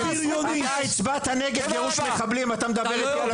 אתה הצבעת נגד גירוש מחבלים אתה מדבר איתי